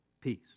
peace